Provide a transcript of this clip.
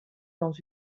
dans